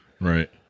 Right